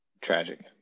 Tragic